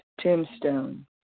tombstone